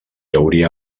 hauria